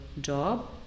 job